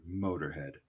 motorhead